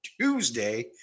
Tuesday